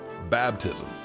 baptism